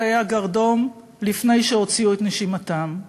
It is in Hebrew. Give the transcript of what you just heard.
בתאי הגרדום לפני שהוציאו את נשמתם.